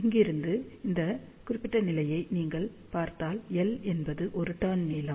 இங்கிருந்து இந்த குறிப்பிட்ட நிலையை நீங்கள் பார்த்தால் எல் என்பது ஒரு டர்ன் ன் நீளம்